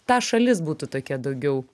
ta šalis būtų tokia daugiau